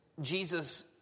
Jesus